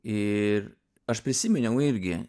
ir aš prisiminiau irgi